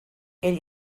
ell